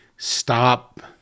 Stop